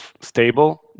stable